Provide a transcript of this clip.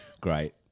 Great